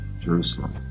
Jerusalem